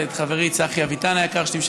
אני רוצה להסביר